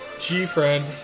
G-Friend